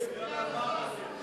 כצל'ה, לפי ההלכה אסור לשקר.